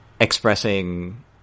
expressing